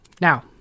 Now